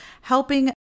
helping